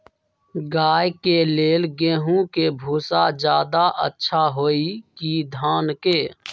गाय के ले गेंहू के भूसा ज्यादा अच्छा होई की धान के?